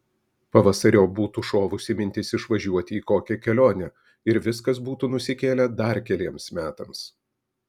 pavasariop būtų šovusi mintis išvažiuoti į kokią kelionę ir viskas būtų nusikėlę dar keliems metams